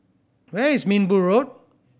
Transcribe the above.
where is Minbu Road